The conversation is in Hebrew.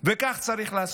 וכך צריך לעשות,